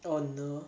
oh no